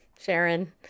Sharon